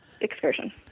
excursion